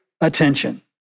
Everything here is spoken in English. attention